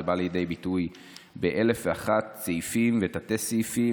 זה בא לידי ביטוי באלף ואחד סעיפים ותת-סעיפים